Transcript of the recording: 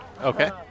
Okay